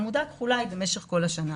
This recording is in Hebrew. העמודה הכחולה היא במשך כל השנה.